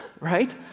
right